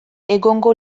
egongo